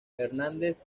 hernández